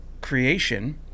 creation